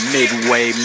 Midway